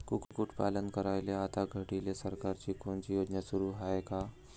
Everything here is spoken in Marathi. कुक्कुटपालन करायले आता घडीले सरकारची कोनची योजना सुरू हाये का?